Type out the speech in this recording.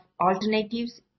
alternatives